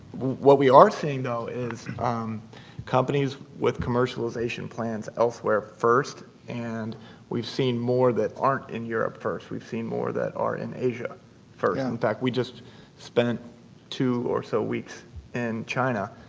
what we are seeing though is companies with commercialization plans elsewhere first. and we've seen more that aren't in europe first. we've seen more that are in asia first. yeah. and in fact, we just spent two or so weeks in china.